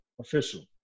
official